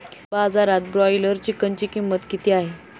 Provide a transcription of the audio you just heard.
बाजारात ब्रॉयलर चिकनची किंमत किती आहे?